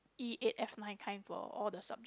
E eight F nine kind for all the subject